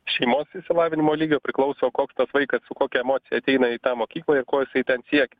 šeimos išsilavinimo lygio priklauso koks tas vaikas kokia emocija ateina į tą mokyklą ir ko jisai ten siekia